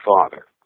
Father